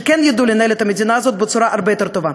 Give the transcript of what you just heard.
שכן ידעו לנהל את המדינה הזאת בצורה הרבה יותר טובה.